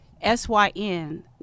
S-Y-N